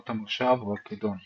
מוט המושב או הכידון.